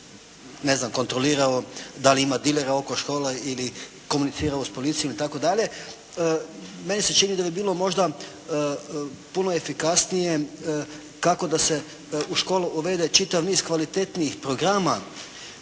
ne znam kontrolirao da li ima dilera oko škola ili komunicirao s policijom itd. Meni se čini da bi bilo možda puno efikasnije kako da se u školu uvede čitav niz kvalitetnijih programa